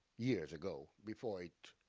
years ago before it.